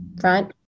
front